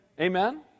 Amen